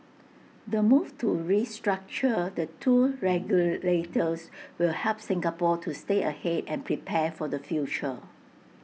the move to restructure the two regulators will help Singapore to stay ahead and prepare for the future